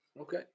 Okay